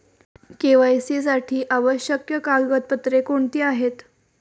KYC साठी आवश्यक कागदपत्रे कोणती आहेत?